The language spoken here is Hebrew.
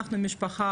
אנחנו משפחה,